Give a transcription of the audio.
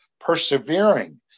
persevering